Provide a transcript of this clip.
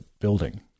building